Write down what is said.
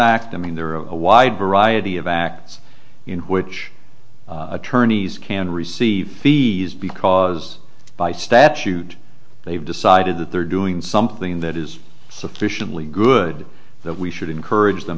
act i mean there are a wide variety of acts in which attorneys can receive fees because by statute they've decided that they're doing something that is sufficiently good that we should encourage them